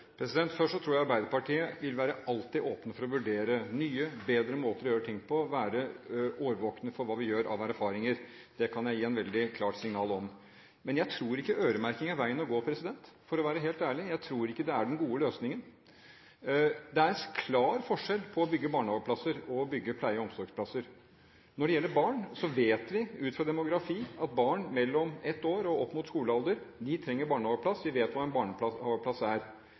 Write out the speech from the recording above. tror Arbeiderpartiet alltid vil være åpen for å vurdere nye og bedre måter å gjøre ting på og være årvåkne for hva vi gjør av erfaringer. Det kan jeg gi et veldig klart signal om. Men jeg tror ikke øremerking er veien å gå, for å være helt ærlig. Jeg tror ikke det er den gode løsningen. Det er en klar forskjell på det å bygge barnehageplasser og det å bygge pleie- og omsorgsplasser. Når det gjelder barn, vet vi ut i fra demografi at barn mellom ett år og opp til skolealder trenger barnehageplass, og vi vet hva en barnehageplass er.